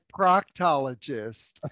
proctologist